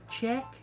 check